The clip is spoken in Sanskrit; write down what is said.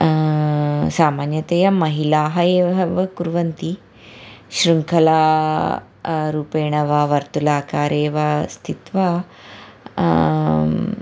सामान्यतया महिलाः एवव कुर्वन्ति शृङ्खला रूपेण वा वर्तुलाकारे वा स्थित्वा